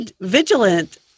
vigilant